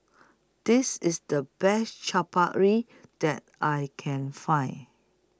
This IS The Best Chaat Papri that I Can Find